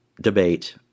debate